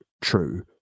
true